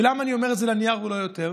ולמה אני אומר "לנייר ולא יותר"?